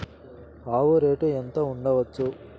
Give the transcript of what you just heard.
ఆవు రేటు ఎంత ఉండచ్చు?